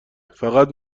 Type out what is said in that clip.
فقط